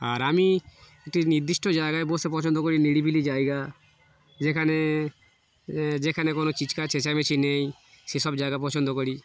আর আমি একটি নির্দিষ্ট জায়গায় বসতে পছন্দ করি নিরিবিলি জায়গা যেখানে যেখানে কোনো চিৎকার চেঁচামেচি নেই সেসব জায়গা পছন্দ করি